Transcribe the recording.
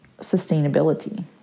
sustainability